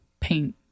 paint